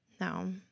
No